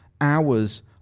hours